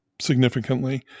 significantly